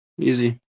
Easy